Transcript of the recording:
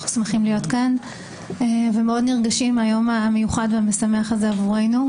אנחנו שמחים להיות כאן ונרגשים מאוד מהיום המיוחד והמשמח הזה עבורנו.